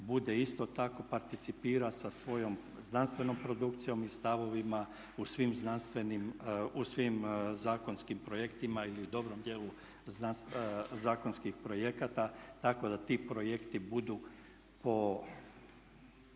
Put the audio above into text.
bude isto tako participira sa svojom znanstvenom produkcijom i stavovima u svim znanstvenim, u svim zakonskim projektima ili u dobrom dijelu zakonskih projekata tako da ti projekti budu po